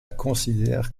considèrent